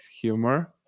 humor